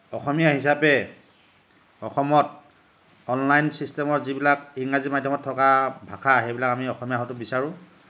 অসমীয়া হিচাপে অসমত অনলাইন চিষ্টেমৰ যিবিলাক ইংৰাজী মাধ্যমত থকা ভাষা সেইবিলাক আমি অসমীয়া হোৱাটো বিচাৰোঁ